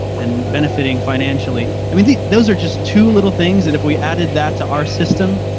and benefiting financially. i mean, those are just two little things that if we added that to our system,